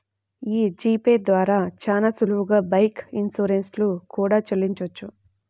యీ G Pay ద్వారా చానా సులువుగా బైక్ ఇన్సూరెన్స్ లు కూడా చెల్లించొచ్చు